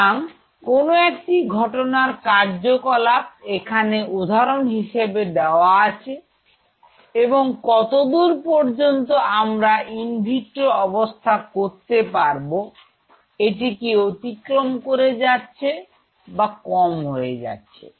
সুতরাং কোনো একটি ঘটনার কার্যকলাপ এখানে উদাহরণ হিসেবে দেওয়া আছে এবং কতদূর পর্যন্ত আমরা ইনভিট্রো অবস্থা করতে পারব এটি কি অতিক্রম করে যাচ্ছে বা কম হয়ে যাচ্ছে